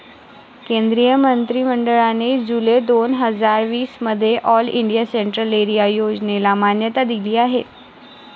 केंद्रीय मंत्रि मंडळाने जुलै दोन हजार वीस मध्ये ऑल इंडिया सेंट्रल एरिया योजनेला मान्यता दिली आहे